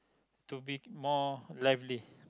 to be more lively